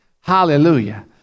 Hallelujah